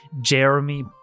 Jeremy